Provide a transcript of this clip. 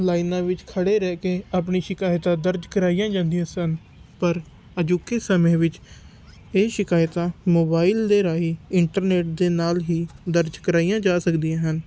ਲਾਈਨਾਂ ਵਿੱਚ ਖੜ੍ਹੇ ਰਹਿ ਕੇ ਆਪਣੀ ਸ਼ਿਕਾਇਤਾਂ ਦਰਜ ਕਰਾਈਆਂ ਜਾਂਦੀਆਂ ਸਨ ਪਰ ਅਜੋਕੇ ਸਮੇਂ ਵਿੱਚ ਇਹ ਸ਼ਿਕਾਇਤਾਂ ਮੋਬਾਈਲ ਦੇ ਰਾਹੀਂ ਇੰਟਰਨੈੱਟ ਦੇ ਨਾਲ ਹੀ ਦਰਜ ਕਰਾਈਆਂ ਜਾ ਸਕਦੀਆਂ ਹਨ